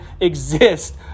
exist